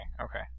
okay